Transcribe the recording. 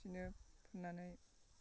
बिदिनो फुननानै